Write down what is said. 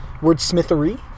wordsmithery